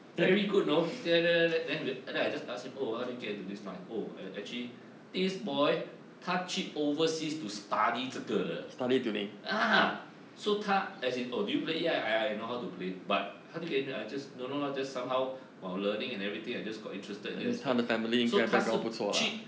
very good know he ste~ there there there there ne~ then I just ask him oh how do you get into this line oh I actually this boy 他去 overseas to study 这个的 ah so 他 as in oh do you play ya I I know how to play but 他就给你 I just don't know just some how while learning and everything I just got interested in it asp~ so 是去